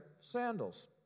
sandals